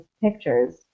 pictures